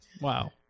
wow